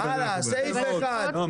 הלאה, סעיף 1. יפה מאוד.